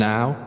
Now